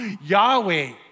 Yahweh